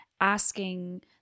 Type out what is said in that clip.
asking